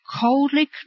coldly